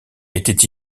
était